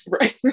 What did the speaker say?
right